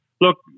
look